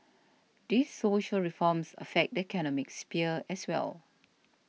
these social reforms affect the economic sphere as well